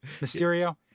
Mysterio